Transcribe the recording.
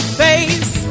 face